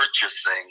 purchasing